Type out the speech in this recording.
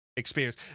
experience